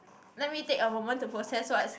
let me take a moment to process what